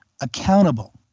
accountable